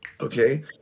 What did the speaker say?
okay